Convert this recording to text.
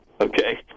okay